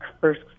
first